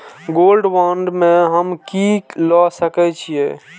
Gold bond में हम की ल सकै छियै?